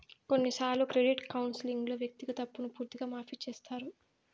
కొన్నిసార్లు క్రెడిట్ కౌన్సిలింగ్లో వ్యక్తిగత అప్పును పూర్తిగా మాఫీ చేత్తారు